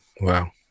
Wow